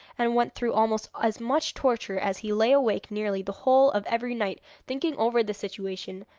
and went through almost as much torture, as he lay awake nearly the whole of every night thinking over the situation,